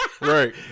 Right